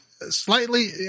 slightly